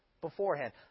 beforehand